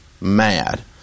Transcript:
mad